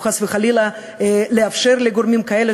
או חס וחלילה לאפשר לגורמים כאלה,